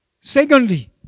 Secondly